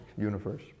universe